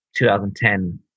2010